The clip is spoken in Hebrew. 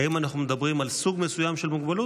היום אנחנו מדברים על סוג מסוים של מוגבלות,